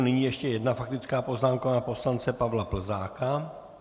Nyní ještě jedna faktická poznámka poslance Pavla Plzáka.